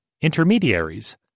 intermediaries